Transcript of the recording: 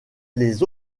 les